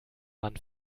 waren